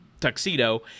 tuxedo